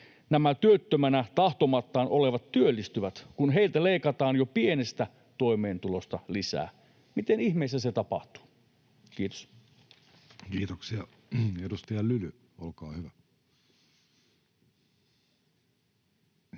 nämä työttömänä tahtomattaan olevat työllistyvät, kun heiltä leikataan jo pienestä toimeentulosta lisää. Miten ihmeessä se tapahtuu? — Kiitos. [Speech 207] Speaker: